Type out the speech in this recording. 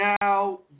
Now